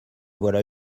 voilà